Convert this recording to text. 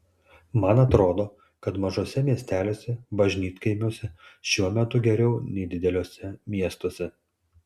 man atrodo kad mažuose miesteliuose bažnytkaimiuose šiuo metu geriau nei dideliuose miestuose